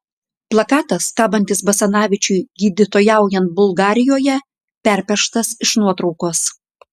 plakatas kabantis basanavičiui gydytojaujant bulgarijoje perpieštas iš nuotraukos